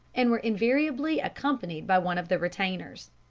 and were invariably accompanied by one of the retainers.